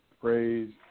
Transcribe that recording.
praise